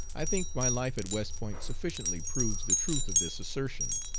i think my life at west point sufficiently proves the truth of this assertion.